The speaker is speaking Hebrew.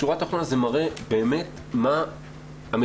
בשורה התחתונה זה מראה למה המדינה